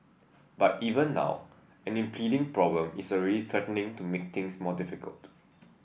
but even now an impending problem is already threatening to make things more difficult